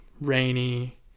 rainy